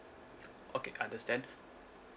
okay I understand